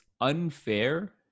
unfair